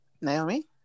Naomi